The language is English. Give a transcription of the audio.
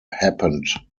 happened